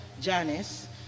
Janice